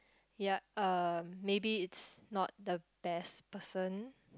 yeah uh maybe it's not the best person